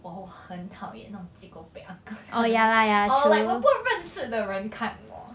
我很讨厌那种 cheekopek uncle 看我 or like 我不会认识的人看我